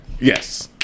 Yes